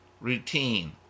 Routine